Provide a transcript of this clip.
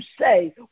say